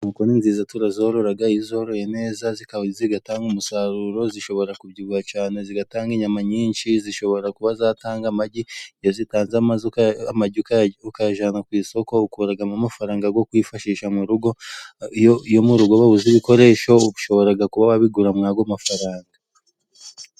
Inkoko ni nziza turazorora iyo uzoroye neza zikaba zigatanga umusaruro, zishobora kubyibuha cyane zigatanga inyama nyinshi, zishobora kuba zatanga amagi, iyo zitanze amagi ukayajyana ku isoko, ukuramo amafaranga yo kwifashisha mu rugo, iyo mu rugo babuze ibikoresho ushobora kuba wabigura muri ayo mafaranga.